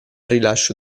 rilascio